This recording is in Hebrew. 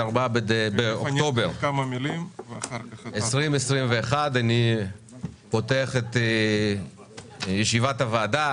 4 באוקטובר 2021. אני פותח את ישיבת הוועדה.